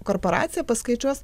korporacija paskaičiuos